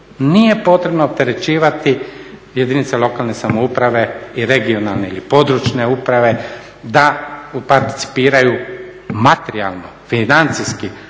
nije potrebno opterećivati jedinice lokalne samouprave i regionalne ili područne uprave da uparticipiraju materijalno, financijski